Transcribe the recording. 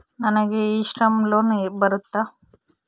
ನನಗೆ e Shram loan ಬರುತ್ತಾ?